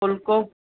फुल्को